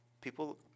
People